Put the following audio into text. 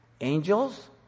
Angels